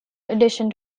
addition